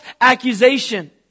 accusation